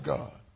God